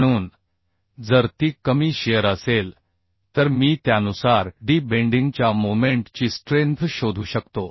म्हणून जर ती कमी शिअर असेल तर मी त्यानुसार डी बेंडिंग च्या मोमेंट ची स्ट्रेंथ शोधू शकतो